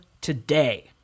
today